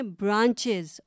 branches